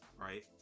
right